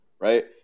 Right